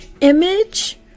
image